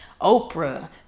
Oprah